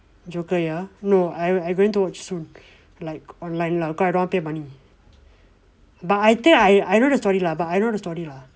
joker ya no I I going to watch soon like online lah cause I don't want pay money but I think I I heard the story lah but I know the story lah